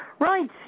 Right